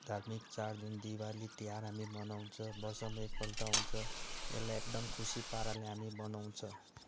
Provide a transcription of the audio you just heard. धार्मिक चाड जुन दिवाली तिहार हामी मनाउँछ वर्षमा एकपल्ट आउँछ यसलाई एकदम खुसी पाराले हामी बनाउँछ